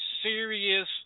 serious